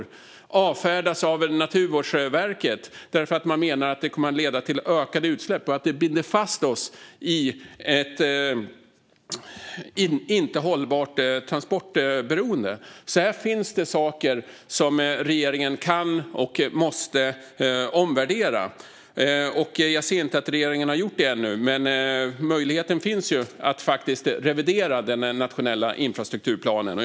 Det avfärdas av Naturvårdsverket, som menar att det leder till ökade utsläpp och att det binder fast oss i ett inte hållbart transportberoende. Här finns det alltså saker som regeringen kan och måste omvärdera. Jag ser inte att regeringen har gjort det ännu, men möjligheten att revidera den nationella infrastrukturplanen finns.